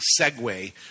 segue